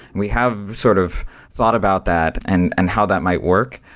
we have sort of thought about that and and how that might work,